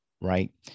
right